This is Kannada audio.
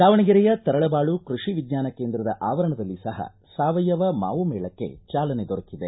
ದಾವಣಗೆರೆಯ ತರಳಬಾಳು ಕೈಷಿ ವಿಜ್ಞಾನ ಕೇಂದ್ರದ ಆವರಣದಲ್ಲಿ ಸಹ ಸಾವಯವ ಮಾವು ಮೇಳಕ್ಕೆ ಚಾಲನೆ ದೊರೆಕಿದೆ